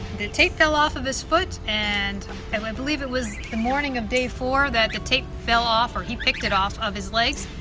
the tape fell off of his foot and i believe it was the morning of day four that the tape fell off or he picked it off of his legs,